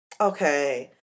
okay